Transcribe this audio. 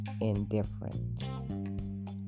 indifferent